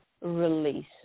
release